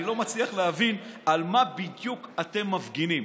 אני לא מצליח להבין על מה בדיוק אתם מפגינים.